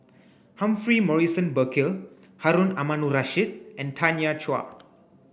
Humphrey Morrison Burkill Harun Aminurrashid and Tanya Chua